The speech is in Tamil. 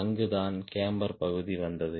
அங்குதான் கேம்பர் பகுதி வந்தது